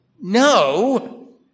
no